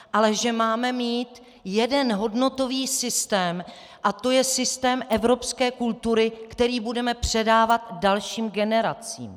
Ale že máme mít jeden hodnotový systém a to je systém evropské kultury, který budeme předávat dalším generacím.